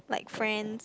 like friends you know